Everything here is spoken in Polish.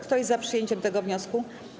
Kto jest za przyjęciem tego wniosku?